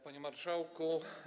Panie Marszałku!